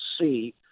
see